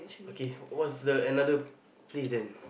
okay what's the another place that you